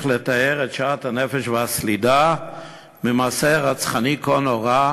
לתאר את שאט הנפש והסלידה ממעשה רצחני כה נורא,